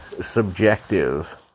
subjective